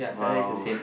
!wow!